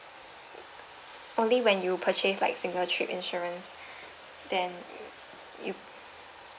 only when you purchase like single trip insurance then you